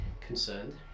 ...concerned